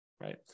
Right